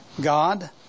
God